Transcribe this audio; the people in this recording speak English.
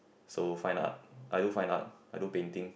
so fine art I do fine art I do painting